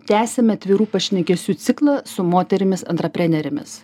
tęsiame atvirų pašnekesių ciklą su moterimis antraprenerėmis